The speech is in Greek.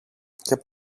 και